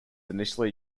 initially